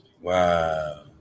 Wow